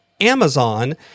Amazon